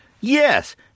Yes